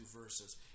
verses